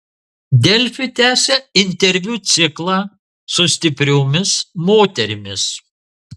delfi tęsia interviu ciklą su stipriomis moterimis